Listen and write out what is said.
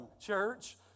church